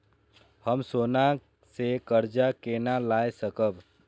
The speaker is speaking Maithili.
हम सोना से कर्जा केना लाय सकब?